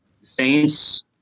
Saints